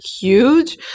huge